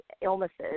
illnesses